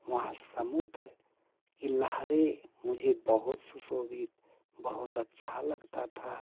वहाँ समुद्र की लहरें मुझे बहुत सुशोभित बहुत अच्छा लगता था